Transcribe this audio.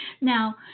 Now